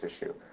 issue